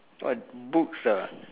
what books ah